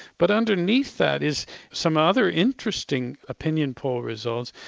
but underneath that is some other interesting opinion poll results,